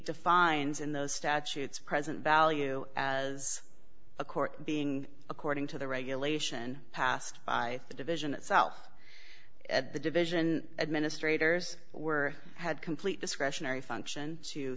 defines in those statutes present value as a court being according to the regulation passed by the division itself at the division administrators were had complete discretionary function to